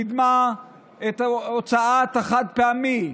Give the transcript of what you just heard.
קידמה את הוצאת החד-פעמי,